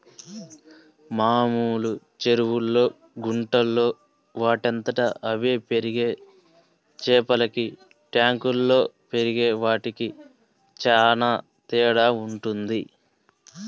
మామూలు చెరువుల్లో, గుంటల్లో వాటంతట అవే పెరిగే చేపలకి ట్యాంకుల్లో పెరిగే వాటికి చానా తేడా వుంటది